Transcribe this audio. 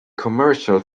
commercial